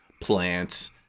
plants